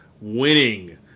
winning